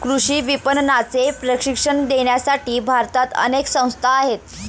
कृषी विपणनाचे प्रशिक्षण देण्यासाठी भारतात अनेक संस्था आहेत